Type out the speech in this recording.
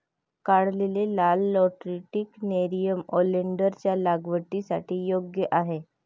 काढलेले लाल lateritic nerium ओलेन्डरच्या लागवडीसाठी योग्य आहे